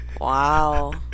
Wow